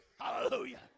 Hallelujah